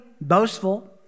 boastful